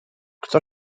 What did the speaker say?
kto